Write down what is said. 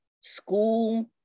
school